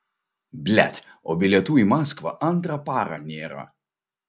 blet o bilietų į maskvą antrą parą nėra